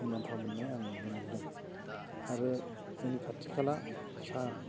मुलाम्फा मोन्नाय आं नुनो मोनदों आरो जोंनि खाथि खाला सा